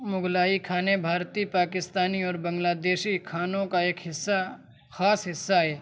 مغلائی کھانے بھارتی پاکستانی اور بنگلہ دیشی کھانوں کا ایک حصہ خاص حصہ ہے